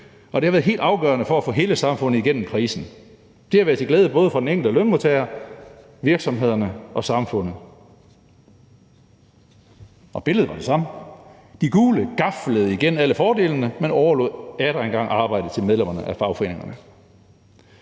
det har været helt afgørende for at få hele samfundet igennem krisen. Det har været til glæde for både den enkelte lønmodtager, virksomhederne og samfundet. Og billedet var det samme: De gule gaflede igen alle fordelene, men overlod atter en gang arbejdet til medlemmerne af fagforeningerne.